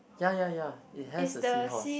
ya ya ya it has a seahorse